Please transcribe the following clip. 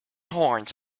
horns